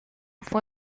fue